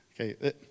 Okay